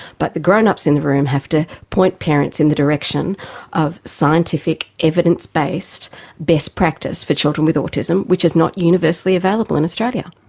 but the grownups in the room have to point parents in the direction of scientific evidence-based best practice for children with autism, which is not universally available in australia.